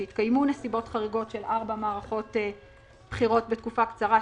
שהתקיימו נסיבות חריגות של ארבע מערכות בחירות בתקופה קצרה,